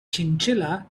chinchilla